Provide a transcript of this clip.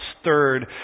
stirred